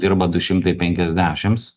dirba du šimtai penkiasdešims